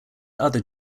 other